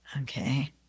Okay